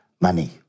money